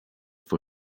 for